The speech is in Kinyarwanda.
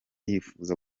yifuza